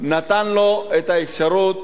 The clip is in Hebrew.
נתן לו את האפשרות